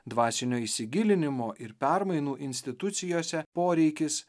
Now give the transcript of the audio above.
dvasinio įsigilinimo ir permainų institucijose poreikis